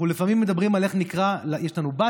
אנחנו לפעמים מדברים על איך נקרא לה, יש לנו בת.